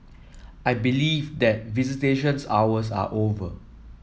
I believe that visitations hours are over